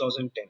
2010